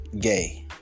gay